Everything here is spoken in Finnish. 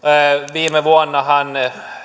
viime vuonnahan